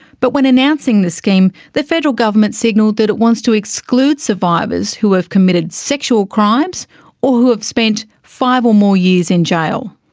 but when announcing the scheme, the federal government signalled that it wants to exclude survivors who have committed sexual crimes or who have spent five or more years in jail.